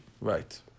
Right